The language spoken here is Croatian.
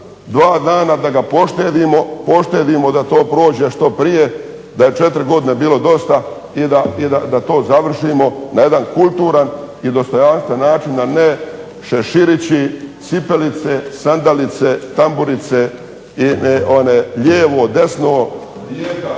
dva dana da ga poštedimo da to prođe što prije, da je četiri godine bilo dosta i da to završimo na jedan kulturan i dostojanstven način, a ne šeširići, cipelice, sandalice, tamburice, lijevo-desno, Rijeka,